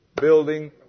Building